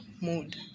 mood